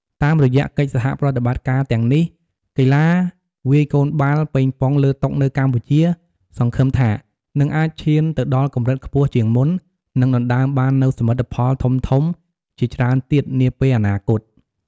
តាមរយៈកិច្ចសហប្រតិបត្តិការទាំងនេះ កីឡាវាយកូនបាល់ប៉េងប៉ុងលើតុនៅកម្ពុជាសង្ឃឹមថានឹងអាចឈានទៅដល់កម្រិតខ្ពស់ជាងមុន និងដណ្ដើមបាននូវសមិទ្ធផលធំៗជាច្រើនទៀតនាពេលអនាគត។